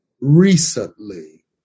recently